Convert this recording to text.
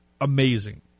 amazing